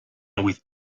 with